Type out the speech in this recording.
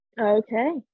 okay